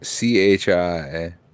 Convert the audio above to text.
CHI